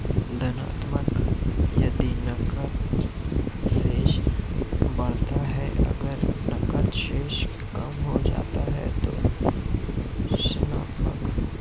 धनात्मक यदि नकद शेष बढ़ता है, अगर नकद शेष कम हो जाता है तो ऋणात्मक